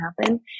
happen